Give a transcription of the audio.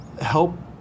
help